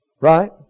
Right